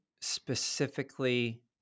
specifically